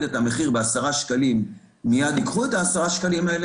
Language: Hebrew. את המחיר בעשרה שקלים מיד ייקחו את העשרה שקלים,